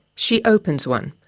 she opens one,